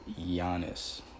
Giannis